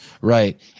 Right